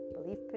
belief